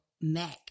Mac